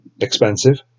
expensive